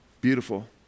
beautiful